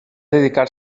dedicar